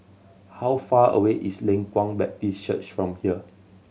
how far away is Leng Kwang Baptist Church from here